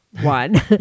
one